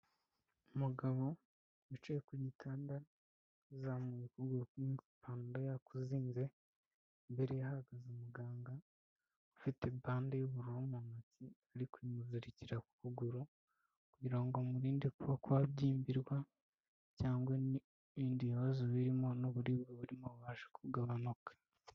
Umugabo wicaye ku gitanda yazamuye ukuguru kumwe kw’ipantaro yakuzinze, imbere ye hahagaze umuganga ufite bande y'ubururu mu ntoki, ari kuyimuzirikira ku kuguru, kugira ngo amurinde kuba kwabyimbirwa, cyangwa n’ibindi bibazo birimo n'uburibwe burimo bubasha kugabanuka.